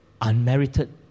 unmerited